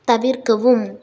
தவிர்க்கவும்